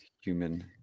human